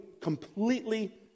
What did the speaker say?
completely